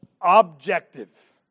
objective